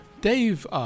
Dave